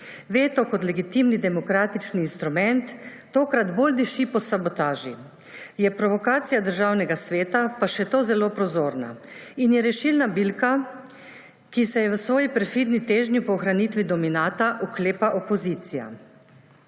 Veto kot legitimni demokratični instrument tokrat bolj diši po sabotaži, je provokacija Državnega sveta, pa še to zelo prozorna, in je rešilna bilka, ki se je v svoji perfidni težnji po ohranitvi dominata oklepa opozicija.